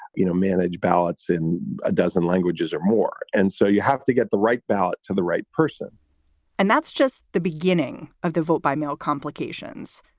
you know, manage ballots in a dozen languages or more. and so you have to get the right ballot to the right person and that's just the beginning of the vote by mail complications.